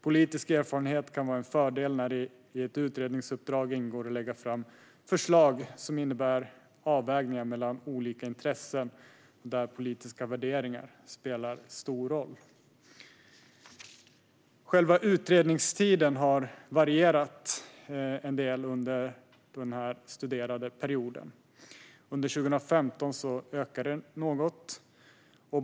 Politisk erfarenhet kan vara en fördel när det i ett utredningsuppdrag ingår att lägga fram förslag som innebär avvägningar mellan olika intressen där politiska värderingar spelar stor roll. Själva utredningstiden har varierat en del under den studerade perioden. Under 2015 ökade den något.